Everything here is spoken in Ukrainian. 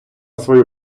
свою